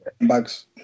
bugs